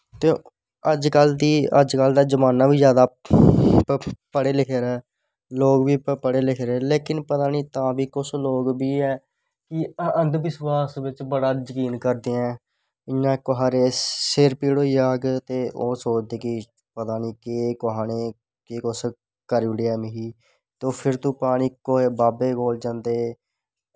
ते अजकल दा जमाना बी जादा पढ़ें लिखें दा ऐ लोग बी पढ़े लिखे दे नै लेकिन पता नी तां नी कुछ लोग बी ऐं कि अंध विशवास बिच्च बड़ा जकीन करदे ऐं इयां कुसै दे सिर पीड़ होई जाग ते ओह् सोचदे कि पता नी केह् कुसा नै कुछ करी ओड़ेआ मिगी ओह् फिर तो पता नी कुसै बाबे कोल जंदे